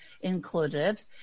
included